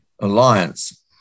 alliance